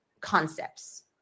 concepts